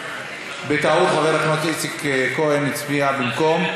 בטעות חבר הכנסת איציק כהן הצביע במקום,